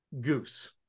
Goose